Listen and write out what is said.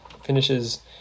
finishes